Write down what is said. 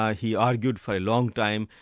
ah he argued for a long time,